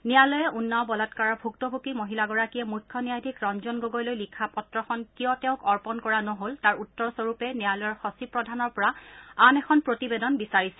ন্যায়ালয়ে উনাও বলাংকাৰৰ ভুক্তভোগী মহিলাগৰাকীয়ে মুখ্য ন্যায়াধীশ ৰঞ্জন গগৈলৈ লিখা পত্ৰখন কিয় তেওঁক অৰ্পণ কৰা নহল তাৰ উত্তৰ স্বৰূপে ন্যায়ালয়ৰ সচিব প্ৰধানৰ পৰা আন এখন প্ৰতিবেদন বিচাৰিছে